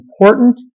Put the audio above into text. important